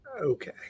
okay